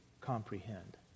comprehend